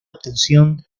obtención